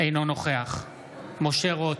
אינו נוכח משה רוט,